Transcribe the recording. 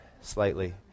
slightly